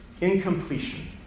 incompletion